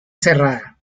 cerrada